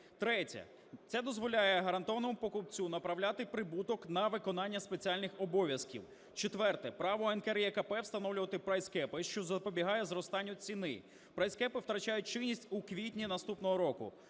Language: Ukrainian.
чиноЦе дозволяє гарантованому покупцю направляти прибуток на виконання спеціальних обов'язків. Четверте. Право НКРЕКП встановлювати прайскепи, що запобігає зростанню ціни. Прайскепи втрачають чинність у квітні наступного року.